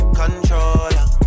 controller